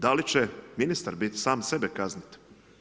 Da li će ministar biti, sam sebe kazniti.